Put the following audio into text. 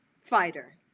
fighter